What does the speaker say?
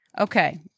okay